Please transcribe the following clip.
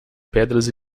pedras